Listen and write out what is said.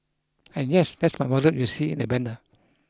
and yes that's my wardrobe you see in the banner